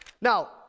Now